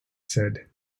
said